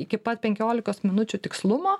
iki pat penkiolikos minučių tikslumo